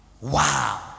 Wow